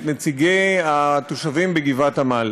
את נציגי התושבים בגבעת עמל.